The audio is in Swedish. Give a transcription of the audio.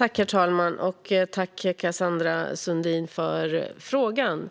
Herr talman! Tack, Cassandra Sundin, för frågan!